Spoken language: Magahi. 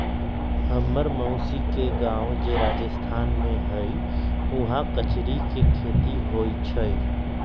हम्मर मउसी के गाव जे राजस्थान में हई उहाँ कचरी के खेती होई छई